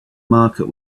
market